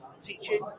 teaching